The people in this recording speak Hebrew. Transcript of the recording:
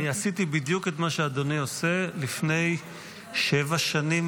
אני עשיתי בדיוק את מה שאדוני עושה לפני שבע שנים,